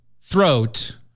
throat